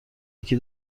یکی